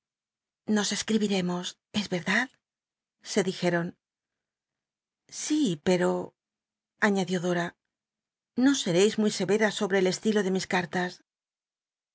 nos cscl'ibiremos es r erdad se dij eron sí pero aiíadió dor no sereis muy severa sobr c el estilo de mis cartas